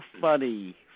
funny